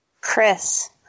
Chris